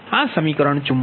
આ સમીકરણ 44 છે